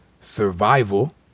survival